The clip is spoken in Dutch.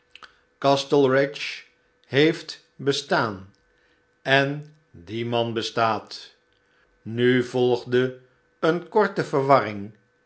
castlereagh heeft bestaan en die man bestaat nu volgde eene korte verwarring